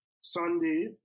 Sunday